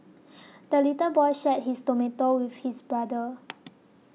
the little boy shared his tomato with his brother